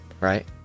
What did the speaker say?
Right